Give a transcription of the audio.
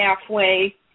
halfway